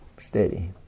Steady